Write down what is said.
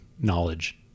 knowledge